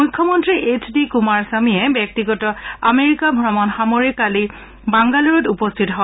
মুখ্যমন্ত্ৰী H D কুমাৰস্বামীয়ে ব্যক্তিগত আমেৰিকা ভ্ৰমণ সামৰি কালি বাংগালুৰুত উপস্থিত হয়